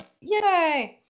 Yay